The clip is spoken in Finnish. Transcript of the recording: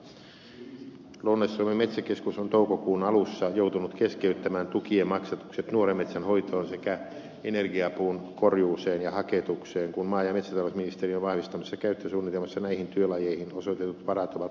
lounais suomen metsäkeskus on toukokuun alussa joutunut keskeyttämään tukien maksatukset nuoren metsän hoitoon sekä energiapuun korjuuseen ja haketukseen kun maa ja metsätalousministeriön vahvistamassa käyttösuunnitelmassa näihin työlajeihin osoitetut varat ovat loppuneet